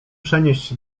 przenieść